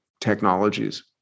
technologies